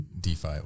DeFi